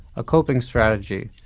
a coping strategy,